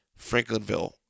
Franklinville